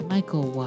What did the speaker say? Michael